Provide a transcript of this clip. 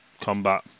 combat